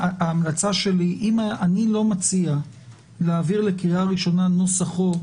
אני לא מציע להעביר לקריאה ראשונה נוסח חוק,